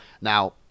Now